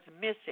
missing